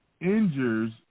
injures